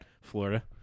Florida